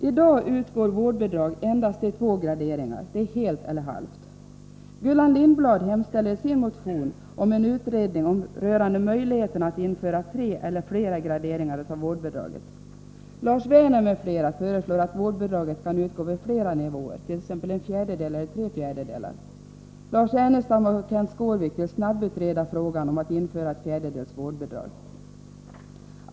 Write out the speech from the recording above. I dag utgår vårdbidrag endast i två graderingar — helt eller halvt. Gullan Lindblad hemställer i sin motion om en utredning rörande möjligheterna att införa tre eller flera graderingar av vårdbidraget. Lars Werner m.fl. föreslår att vårdbidraget kan utgå vid flera nivåer, t.ex. en fjärdedel och tre fjärdedelar. Lars Ernestam och Kenth Skårvik vill snabbutreda frågan om att införa ett fjärdedels vårdbidrag.